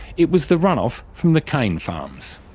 it was the run-off from the cane farms.